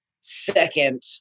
second